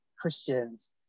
Christians